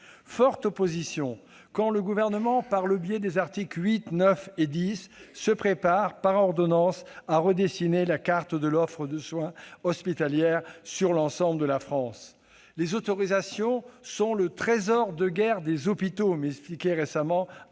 forte opposition quand le Gouvernement, par le biais des articles 8, 9 et 10, se prépare à redessiner par ordonnance la carte de l'offre de soins hospitalière sur l'ensemble de la France. Les autorisations sont « le trésor de guerre des hôpitaux », m'expliquait récemment